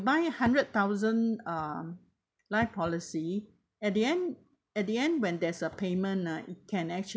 buy hundred thousand um life policy at the end at the end when there is a payment ah can actual~